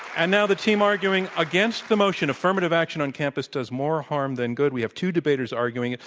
and now the team arguing against the motion affirmative action on campus does more harm than good. we have two debaters arguing.